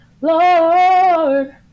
Lord